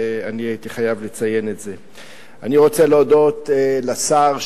אני דיווחתי לו על כל ישיבה לארצות-הברית,